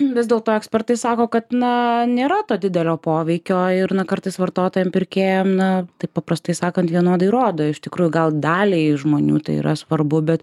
vis dėlto ekspertai sako kad na nėra to didelio poveikio ir na kartais vartotojam pirkėjam na taip paprastai sakant vienodai rodo iš tikrųjų gal daliai žmonių tai yra svarbu bet